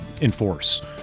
enforce